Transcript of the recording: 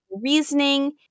reasoning